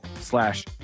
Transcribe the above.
slash